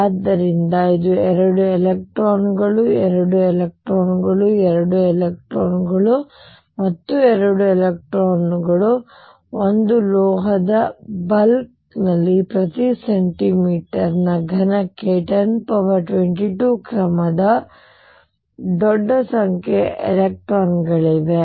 ಆದ್ದರಿಂದ ಇದು 2 ಎಲೆಕ್ಟ್ರಾನ್ಗಳು 2 ಎಲೆಕ್ಟ್ರಾನ್ಗಳು 2 ಎಲೆಕ್ಟ್ರಾನ್ಗಳು 2 ಎಲೆಕ್ಟ್ರಾನ್ಗಳು ಒಂದು ಲೋಹದ ಬಲ್ಕ್ನಲ್ಲಿ ಪ್ರತಿ ಸೆಂಟಿಮೀಟರ್ ಘನಕ್ಕೆ 1022 ಕ್ರಮದ ದೊಡ್ಡ ಸಂಖ್ಯೆಯ ಎಲೆಕ್ಟ್ರಾನ್ಗಳಿವೆ